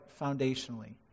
foundationally